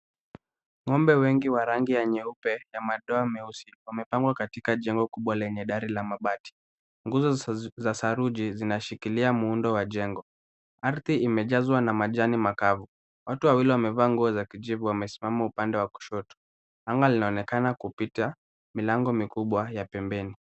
Ng'ombe wengi wa rangi wa nyeupe na madoa meusi, wamepangwa katika jengo kubwa lenye dari ya mabati. Nguzo za saruji zinashikilia muundo wa mjengo. Ardhi imejazwa na majani makavu. Watu wawili wamevaa nguo za kijivu wamesimama upande wa kushoto. Anga linaonekana kupita milango mikubwa ya pembeni.